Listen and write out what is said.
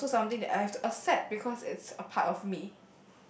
it's also something that I have to accept because it's a part of me